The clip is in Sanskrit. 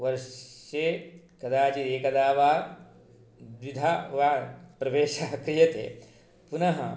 वर्षे कदाचित् एकदा वा द्विधा वा प्रवेशः क्रियते पुनः